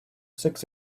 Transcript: six